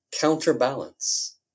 counterbalance